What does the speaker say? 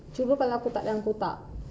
cuma aku tak dalam kotak